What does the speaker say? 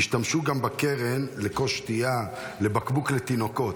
השתמשו גם בקרן לכוס שתייה, לבקבוק לתינוקות.